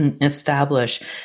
establish